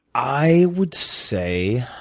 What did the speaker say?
i would say